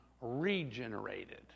regenerated